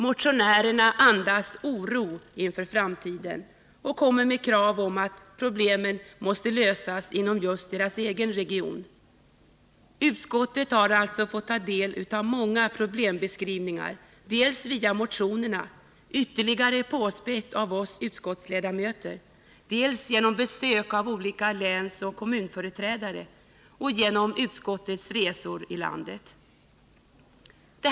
Motionerna andas oro inför framtiden, och motionärerna kräver att problemen måste lösas inom just deras egen region. Utskottet har alltså fått ta del av många problembeskrivningar dels genom motionerna, ytterligare påspädda av oss utskottsledamöter, dels vid besök av olika länsoch kommunföreträdare, dels vid utskottsledamöternas resor i landet.